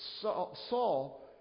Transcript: Saul